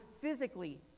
physically